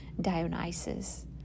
Dionysus